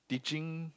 teaching